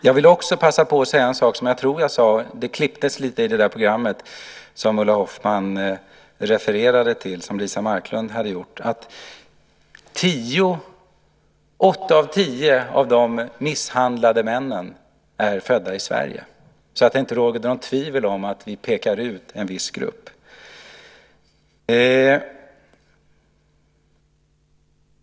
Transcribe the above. Jag vill också passa på att säga en sak som jag tror att jag sade i det program som Ulla Hoffmann refererade till och som Liza Marklund hade gjort - det klipptes lite i det: Åtta av tio av de misshandlande männen är födda i Sverige. Jag säger detta därför att det inte ska råda något tvivel om ifall vi pekar ut en viss grupp.